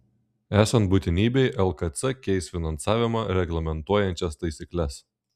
esant būtinybei lkc keis finansavimą reglamentuojančias taisykles